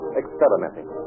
experimenting